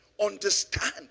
understand